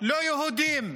לא יהודים,